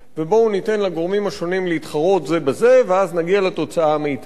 ובואו ניתן לגורמים השונים להתחרות זה בזה ואז נגיע לתוצאה המיטבית.